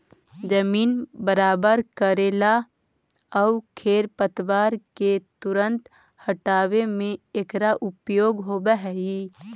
जमीन बराबर कऽरेला आउ खेर पतवार के तुरंत हँटावे में एकरा उपयोग होवऽ हई